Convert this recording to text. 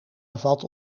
bevat